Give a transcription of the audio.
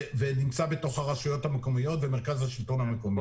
ונמצא בתוך הרשויות המקומיות ובמרכז השלטון המקומי.